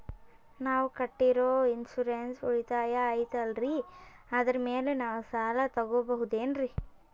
ನಾವು ಕಟ್ಟಿರೋ ಇನ್ಸೂರೆನ್ಸ್ ಉಳಿತಾಯ ಐತಾಲ್ರಿ ಅದರ ಮೇಲೆ ನಾವು ಸಾಲ ತಗೋಬಹುದೇನ್ರಿ?